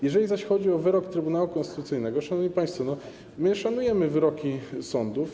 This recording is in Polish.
Jeżeli chodzi o wyrok Trybunału Konstytucyjnego, szanowni państwo, my szanujemy wyroki sądów.